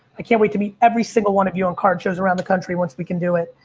i can't wait to meet every single one of you on card shows around the country once we can do it.